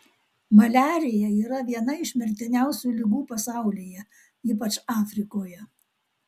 maliarija yra viena iš mirtiniausių ligų pasaulyje ypač afrikoje